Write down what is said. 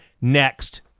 next